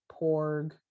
Porg